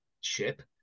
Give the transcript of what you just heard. ship